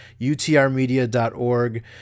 utrmedia.org